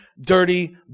dirty